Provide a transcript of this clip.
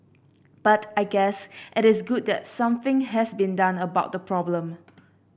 but I guess it is good that something has been done about the problem